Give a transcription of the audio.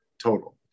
total